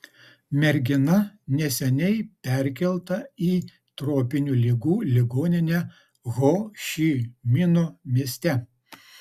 mergina neseniai perkelta į tropinių ligų ligoninę ho ši mino mieste